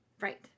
right